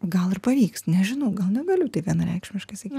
gal ir pavyks nežinau gal negaliu taip vienareikšmiškai sakyt